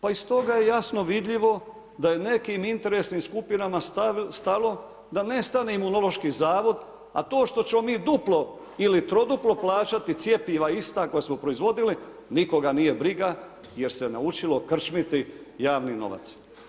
Pa iz toga je jasno vidljivo da je nekim interesnim skupinama stalo da nestane Imunološki zavod a to što ćemo mi duplo ili troduplo plaćati cjepiva ista koja smo proizvodili, nikoga nije briga jer se naučilo krčmiti javni novac.